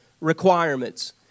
requirements